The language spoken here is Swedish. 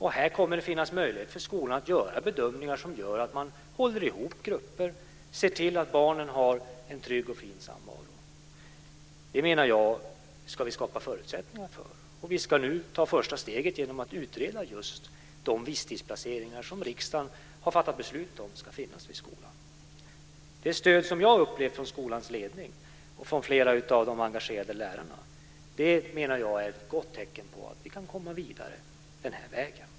Här kommer det att finnas möjlighet för skolan att göra bedömningar som är sådana att man håller ihop grupper och ser till att barnen har en trygg och fin samvaro. Det menar jag att vi ska skapa förutsättningar för. Vi ska nu ta första steget genom att just utreda de visstidsplaceringar som riksdagen har fattat beslut om ska finnas vid skolan. Det stöd som jag upplevt från skolans ledning och från flera av de engagerade lärarna är, menar jag, ett gott tecken på att vi kan komma vidare den vägen.